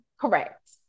Correct